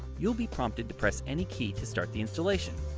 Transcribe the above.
you'll be prompted to press any key to start the installation.